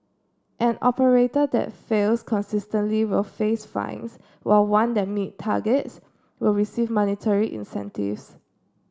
an operator that fails consistently will face fines while one that meet targets will receive monetary incentives